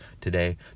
today